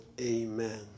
Amen